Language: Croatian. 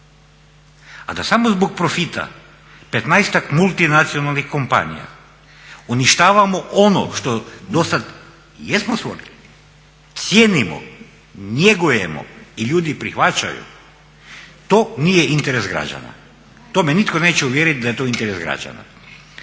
a da samo zbog profita petnaestak multinacionalnih kompanija uništavamo ono što dosad jesmo stvorili, cijenimo, njegujemo i ljudi prihvaćaju to nije interes građana. To me nitko neće uvjeriti da je to interes građana.